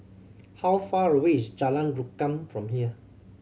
how far away is Jalan Rukam from here